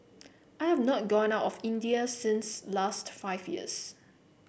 I have not gone out of India since last five years